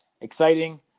exciting